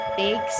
big